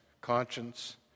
conscience